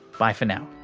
bye for now.